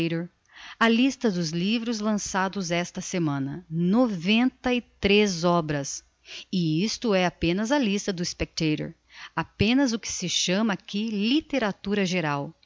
a lista dos livros lançados esta semana noventa e tres obras e isto é apenas a lista do spectator apenas o que se chama aqui litteratura geral